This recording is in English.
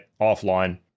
offline